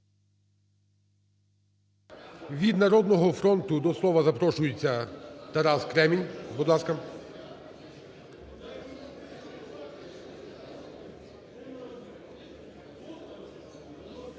Від "Народного фронту" до слова запрошується Тарас Кремінь.